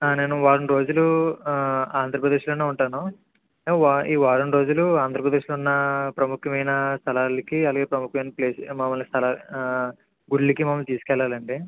నేను వారం రోజులు ఆంధ్రప్రదేశ్లోనే ఉంటాను వా ఈ వారం రోజులు ఆంధ్రప్రదేశ్లో ఉన్న ప్రముఖమైన స్థలాలకి అలాగే ప్రముఖమైన ప్లేస్ మామూలు స్థలా గుడులకి మమ్మల్ని తీసుకెళ్ళాలండి